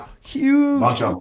huge